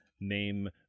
Name